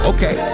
Okay